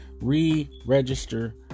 Re-register